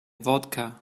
vodka